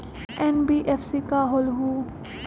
NBFC का होलहु?